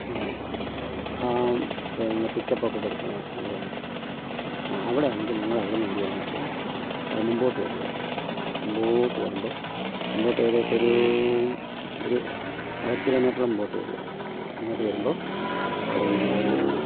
ആഹാ ഹാ പിന്നെ pick up ഒക്കെ കിടക്കുന്ന അവിടെയാണോ ആ അവിടെയാണെങ്കിൽ നിങ്ങളവിടെ എന്ത് ചെയ്യുക എന്ന് വെച്ചാൽ മുമ്പോട്ട് വരിക മുമ്പോട്ട് വരുമ്പോൾ മുമ്പോട്ട് ഏകദേശം ഒരു ഒരു അര കിലോമീറ്റർ മുമ്പോട്ട് വരിക അങ്ങോട്ട് വരുമ്പോൾ പിന്നെ